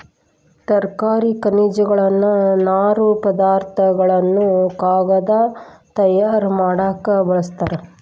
ತರಕಾರಿ ಖನಿಜಗಳನ್ನ ನಾರು ಪದಾರ್ಥ ಗಳನ್ನು ಕಾಗದಾ ತಯಾರ ಮಾಡಾಕ ಬಳಸ್ತಾರ